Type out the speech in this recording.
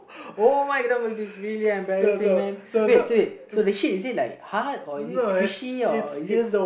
oh my god this is really embarrassing man wait so wait the shit is it like hard or is squishy or is it